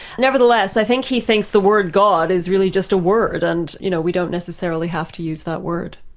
nevertheless i think he thinks the word god is really just a word, and you know we don't necessarily have to use that word.